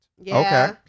Okay